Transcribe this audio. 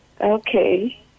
Okay